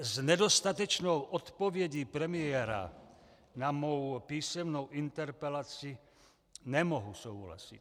S nedostatečnou odpovědí premiéra na mou písemnou interpelaci nemohu souhlasit.